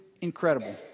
incredible